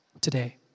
today